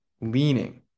leaning